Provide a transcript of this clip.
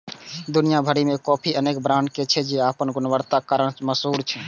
दुनिया भरि मे कॉफी के अनेक ब्रांड छै, जे अपन गुणवत्ताक कारण मशहूर छै